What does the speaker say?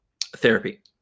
therapy